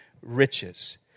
riches